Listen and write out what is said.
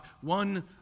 one